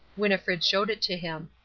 winnifred showed it to him.